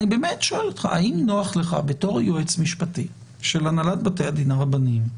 אני שואל אותך אם נוח לך בתור יועץ משפטי של הנהלת בתי הדין הרבניים,